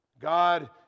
God